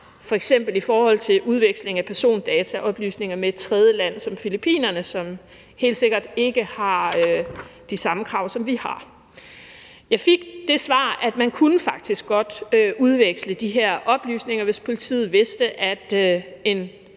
i forhold til f.eks. udveksling af persondataoplysninger med et tredjeland som Filippinerne, som helt sikkert ikke har de samme krav, som vi har. Jeg fik det svar, at man faktisk godt kunne udveksle de her oplysninger, hvis politiet vidste, at en